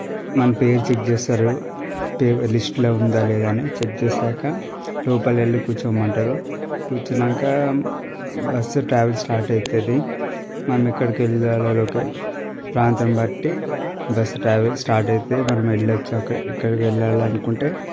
మన పేరు చెక్ చేస్తారు పేరు లిస్టులో ఉందా లేదా అని చెక్ చేసాక లోపల వెళ్లి కూర్చోమంటారు కూర్చున్నాక బస్సు ట్రావెల్ స్టార్ట్ అవుతుంది మనం ఎక్కడికి వెళ్లాలి లొకే ప్రాంతం బట్టి బస్సు ట్రావెల్స్ స్టార్ట్ అయితే మనం వెళ్ళి వచ్చాక ఎక్కడికి వెళ్లాలి అనుకుంటే